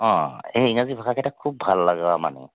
অ এই ইংৰাজী ভাষাকেইটা খুব ভাল লগা মানুহ